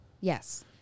Yes